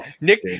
Nick